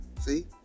See